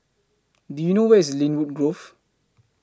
Do YOU know Where IS Lynwood Grove